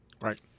Right